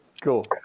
Cool